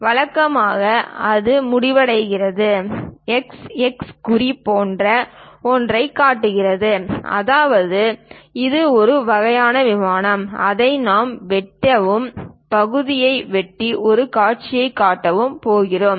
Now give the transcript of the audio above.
வழக்கமாக அது முடிவடைகிறது x x குறி போன்ற ஒன்றைக் காட்டுகிறோம் அதாவது இது ஒரு வகையான விமானம் அதை நாம் வெட்டவும் பகுதியை வெட்டி அந்த காட்சியைக் காட்டவும் போகிறோம்